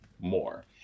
more